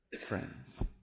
friends